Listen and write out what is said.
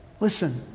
Listen